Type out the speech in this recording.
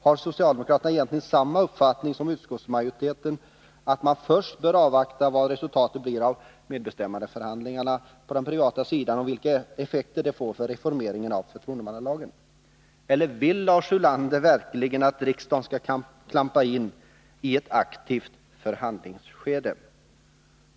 Har socialdemokraterna egentligen samma uppfattning som utskottsmajoriteten, nämligen att man först bör avvakta vad resultatet blir av medbestämmandeförhandlingarna på den privata sidan och se vilka effekter det får för reformeringen av förtroendemannalagen? Eller vill Lars Ulander verkligen att riksdagen skall ”klampa in” i ett aktivt förhandlingsskede?